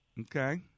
Okay